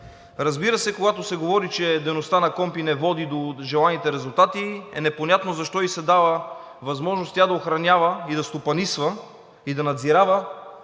Разбира се, когато се говори, че дейността на КПКОНПИ не води до желаните резултати, е непонятно защо ѝ се дава възможност тя да охранява, да стопанисва и да надзирава